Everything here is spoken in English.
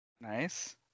Nice